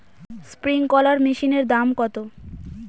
Sprinkler মেশিনের দাম কত?